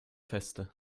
feste